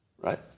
Right